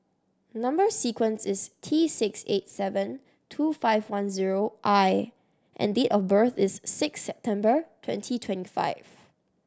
number sequence is T six eight seven two five one zero I and date of birth is six September twenty twenty five